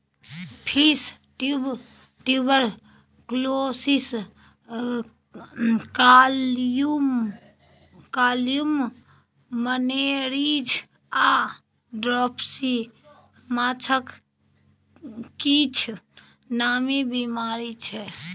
fish tuberculosis, columnaris आ dropsy माछक किछ नामी बेमारी छै